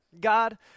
god